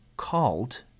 called